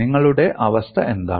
നിങ്ങളുടെ അവസ്ഥ എന്താണ്